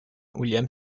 william